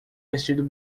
vestido